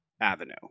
avenue